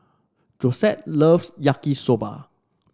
Josette loves Yaki Soba